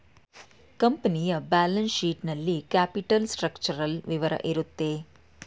ಕಂಪನಿಯ balance sheet ನಲ್ಲಿ capital structural ವಿವರ ಇರುತ್ತೆ